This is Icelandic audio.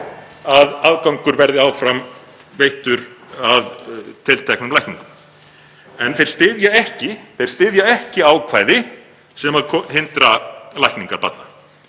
að aðgangur verði áfram veittur að tilteknum læknum. En þeir styðja ekki ákvæði sem hindra lækningar barna.